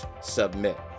submit